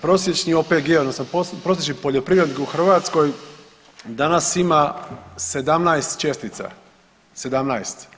Prosječni OPG-e odnosno prosječni poljoprivrednik u Hrvatskoj danas ima 17 čestica, 17.